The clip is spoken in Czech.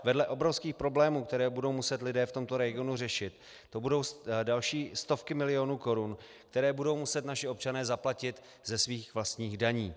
Vedle obrovských problémů, které budou muset lidé v tomto regionu řešit, to budou další stovky milionů korun, které budou muset naši občané zaplatit ze svých vlastních daní.